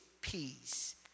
peace